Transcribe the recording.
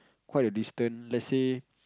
quite a distant let's say